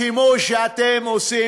השימוש שאתם עושים